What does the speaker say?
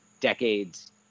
decades